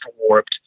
warped